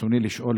ברצוני לשאול,